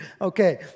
Okay